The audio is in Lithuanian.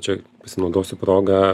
čia pasinaudosiu proga